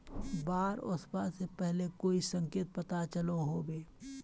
बाढ़ ओसबा से पहले कोई संकेत पता चलो होबे?